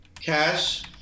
cash